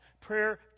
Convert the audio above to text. Prayer